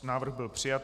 Návrh byl přijat.